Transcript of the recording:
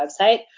website